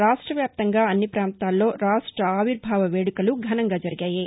రాష్ట్ర వ్యాప్తంగా అన్ని పాంతాల్లో రాష్ట్ర ఆవిర్భావ వేడుకలు ఘనంగా జరిగాయి